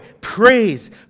praise